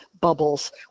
bubbles